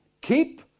Keep